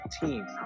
team